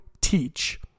teach